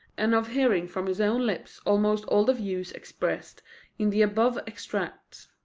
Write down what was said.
and of hearing from his own lips almost all the views expressed in the above extracts.